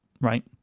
right